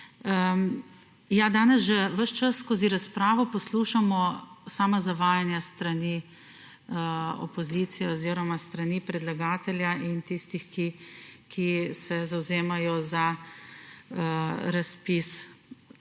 Ja, danes že ves čas skozi razpravo poslušamo sama zavajanja s strani opozicije oziroma s strani predlagatelja in tistih, ki se zavzemajo za razpis zakonodajnega